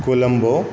Colombo